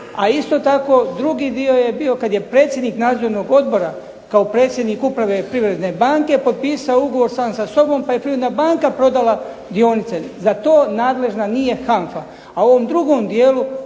A isto tako drugi dio je bio kad je predsjednik nadzornog odbora kao predsjednik Uprave Privredne banke potpisao ugovor sam sa sobom pa je Privredna banka prodala dionice. Za to nadležna nije HANFA.